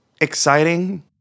exciting